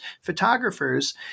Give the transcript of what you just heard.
photographers